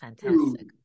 fantastic